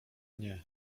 nie